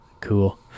Cool